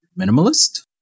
minimalist